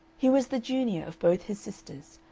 he was the junior of both his sisters,